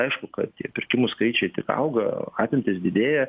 aišku kad tie pirkimų skaičiai tik auga apimtys didėja